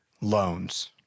loans